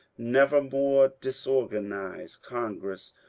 never more disorganize con gress,